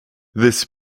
this